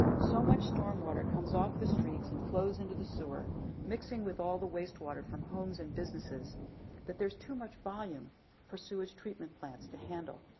so much storm water comes off the streets and flows into the sewer mixing with all the waste water from homes and businesses that there's too much volume for sewage treatment plants to handle.